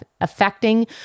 Affecting